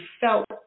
felt